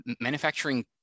manufacturing